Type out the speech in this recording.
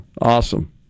awesome